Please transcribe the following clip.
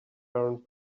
current